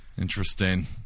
Interesting